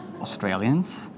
Australians